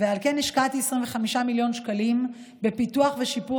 ועל כן השקעתי 25 מיליון שקלים בפיתוח ושיפור